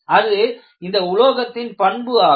இது அந்த உலோகத்தின் ஒரு பண்பு ஆகும்